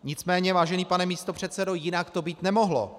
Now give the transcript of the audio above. Nicméně, vážený pane místopředsedo, jinak to být nemohlo.